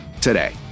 today